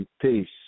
peace